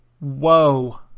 Whoa